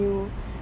you